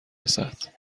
رسد